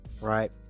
Right